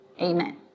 amen